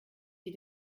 die